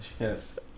Yes